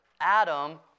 Adam